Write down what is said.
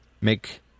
make